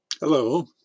Hello